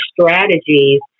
strategies